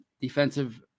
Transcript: defensive